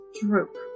droop